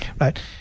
right